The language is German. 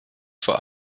vor